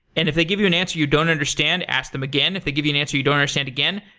and if they give you an answer you don't understand, ask them again. if they give you an answer you don't understand again,